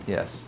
Yes